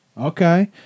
Okay